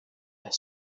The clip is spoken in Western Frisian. wer